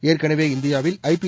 ஏற்கனவே இந்தியாவில் ஐபி